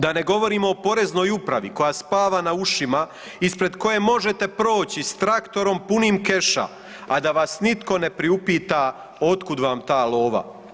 Da ne govorimo o Poreznoj upravi koja spava na ušima ispred koje možete proći s traktorom punim keša, a da vas nitko ne priupita od kud vam ta lova.